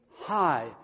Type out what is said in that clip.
high